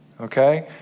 Okay